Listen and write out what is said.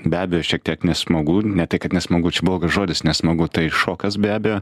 be abejo šiek tiek nesmagu ne tai kad nesmagu čia blogas žodis nesmagu tai šokas be abejo